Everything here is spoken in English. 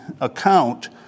account